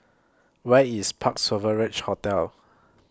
Where IS Parc Sovereign Hotel